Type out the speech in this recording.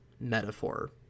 metaphor